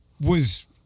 Was-